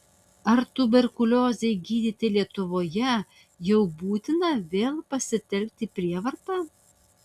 ar tuberkuliozei gydyti lietuvoje jau būtina vėl pasitelkti prievartą